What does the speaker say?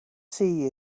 see